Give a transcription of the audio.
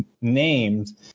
named